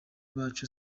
bacu